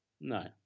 No